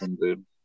dude